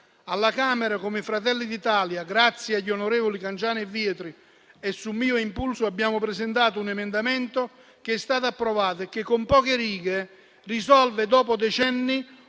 Alla Camera, come Fratelli d'Italia, grazie agli onorevoli Cangiano e Vietri e su mio impulso, abbiamo presentato un emendamento che è stato approvato e che, con poche righe, risolve, dopo decenni,